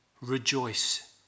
rejoice